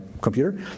computer